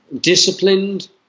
disciplined